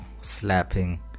slapping